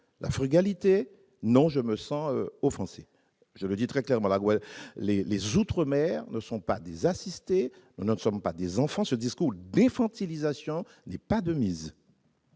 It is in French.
la frugalité non je me sens offensé, je le dis très clairement la les les outre-mer ne sont pas des assistés on ne sommes pas des enfants, ce discours défend-il ils Sion n'est pas de mise.